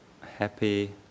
happy